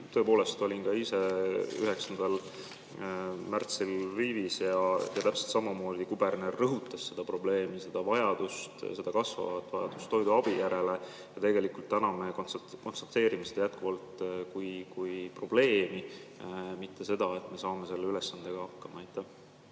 tõepoolest, olin ka ise 9. märtsil Lvivis ja täpselt samamoodi kuberner rõhutas seda probleemi, seda kasvavat vajadust toiduabi järele. Aga tegelikult täna me konstateerime seda jätkuvalt kui probleemi, mitte seda, et me saame selle ülesandega hakkama. Aitäh,